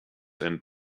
and